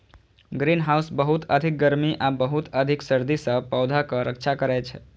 greenhouse बहुत अधिक गर्मी आ बहुत अधिक सर्दी सं पौधाक रक्षा करै छै